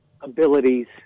abilities